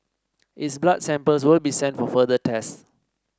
its blood samples will be sent for further tests